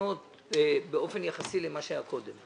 בתקנות באופן יחסי למה שהיה קודם.